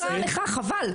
היא רעה לך, חבל.